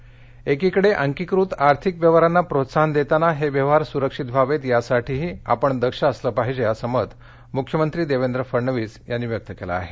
cyber एकीकडे अकीकृत आर्थिक व्यवहारांना प्रोत्साहन देताना हे व्यवहार सुरक्षित व्हावेत यासाठीही आपण दक्ष असलं पाहीजे असं मत मुख्यमंत्री देवेंद्र फडणविस यांनी व्यक्त केलं आहे